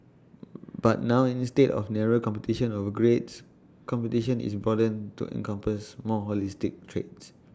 but now instead of narrow competition over grades competition is broadened to encompass more holistic traits